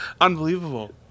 unbelievable